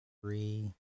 three